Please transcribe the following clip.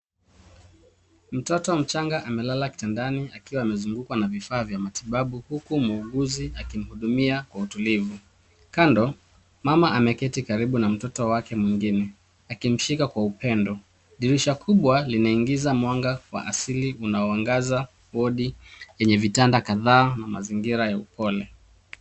Mtoto mchanga amelala kitandani akiwa amezungukwa na vifaa vya matibabu huku muuguzi akimhudumia kwa utulivu. Kando, mama ameketi karibu na mtoto wake mwingine akimshika kwa upendo. Dirisha kubwa linaingiza mwanga wa asili unaoangaza wodi yenye vitanda kadhaa na mazingira ya upole.